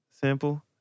sample